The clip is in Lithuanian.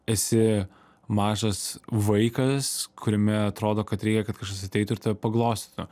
esi mažas vaikas kuriame atrodo kad reikia kad kažkas ateitų ir tave paglostytų